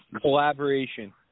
collaboration